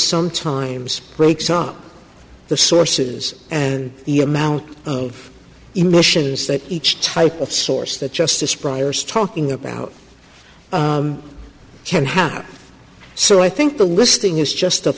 sometimes breaks up the sources and the amount of emissions that each type of source that justice briar's talking about can happen so i think the listing is just a